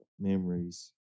memories